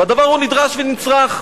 והדבר הוא נדרש ונצרך.